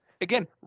Again